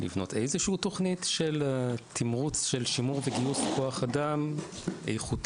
לבנות איזושהי תוכנית של תמרוץ של שימור וגיוס של כוח אדם איכותי,